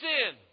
Sin